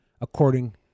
according